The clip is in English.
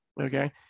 Okay